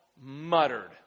muttered